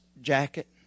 jacket